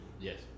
Yes